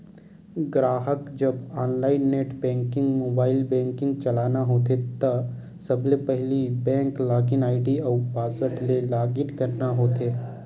गराहक जब online net banking, mobile banking चलाना होथे त सबले पहिली बेंक लॉगिन आईडी अउ पासवर्ड ले लॉगिन करना होथे